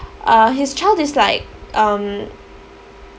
uh his child is like um